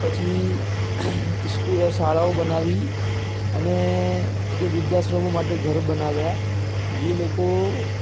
પછી ઈસ્કૂ શાળાઓ બનાવી અને જે વૃદ્ધાશ્રમો માટે ઘર બનાવ્યા જે લોકો